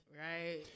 Right